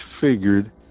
figured